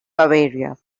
bavaria